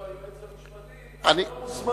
רק אומר לו היועץ המשפטי: אתה לא מוסמך,